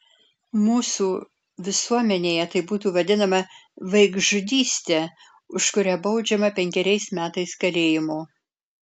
mūsų visuomenėje tai būtų vadinama vaikžudyste už kurią baudžiama penkeriais metais kalėjimo